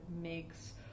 makes